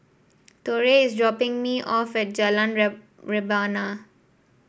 Torrey is dropping me off at Jalan Rebana